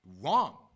wrong